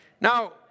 Now